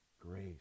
grace